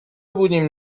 بودیم